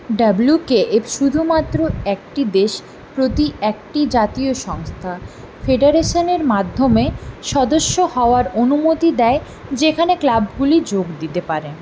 WKF শুধুমাত্র একটি দেশ প্রতি একটি জাতীয় সংস্থা ফেডারেশনের মাধ্যমে সদস্য হওয়ার অনুমতি দেয় যেখানে ক্লাবগুলি যোগ দিতে পারে